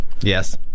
Yes